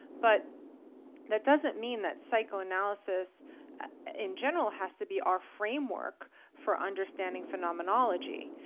but that doesn't mean that psychoanalysis in general has to be our framework for understanding phenomenology,